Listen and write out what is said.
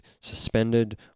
suspended